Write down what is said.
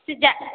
ସିଜା